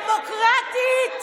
מה קרה למר דמוקרטיה?